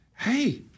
Hey